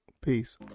peace